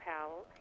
Powell